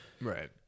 Right